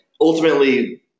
ultimately